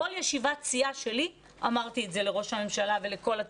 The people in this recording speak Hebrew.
כל ישיבת סיעה שלי אמרתי את זה לראש הממשלה ולכולם,